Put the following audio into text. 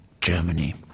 Germany